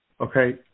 okay